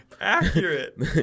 Accurate